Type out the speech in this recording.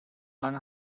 lange